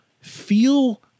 feel